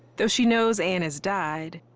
though she knows ann has died,